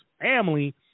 family